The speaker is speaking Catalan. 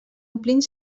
omplint